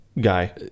guy